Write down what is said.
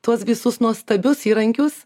tuos visus nuostabius įrankius